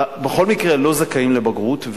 בכל מקרה לא זכאים לבגרות.